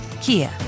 Kia